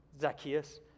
Zacchaeus